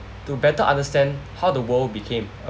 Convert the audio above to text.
to better understand how the world became ab~